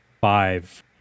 five